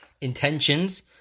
intentions